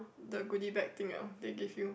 the goodie bag thing ah they give you